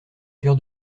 cœur